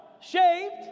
shaved